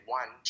one